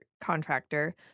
contractor